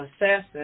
Assassin